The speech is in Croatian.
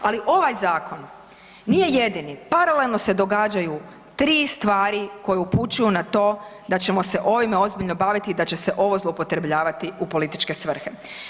Ali ovaj zakon nije jedini paralelno se događaju 3 stvari koje upućuju na to da ćemo se ovime ozbiljno baviti i da će se ovo zloupotrebljavati u političke svrhe.